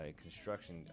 construction